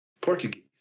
Portuguese